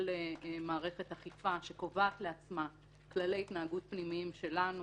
מערכת אכיפה שקובעת לעצמה כללי התנהגות פנימיים שלנו.